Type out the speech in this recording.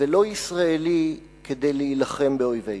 ולא ישראלי, כדי להילחם באויבינו.